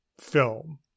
film